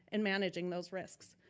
and managing those risks.